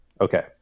Okay